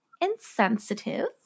insensitive